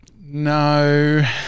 No